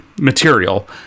material